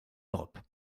europe